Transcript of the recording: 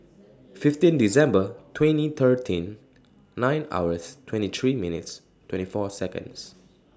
fifteen December twenty thirteen nine hours twenty three minutes twenty four Seconds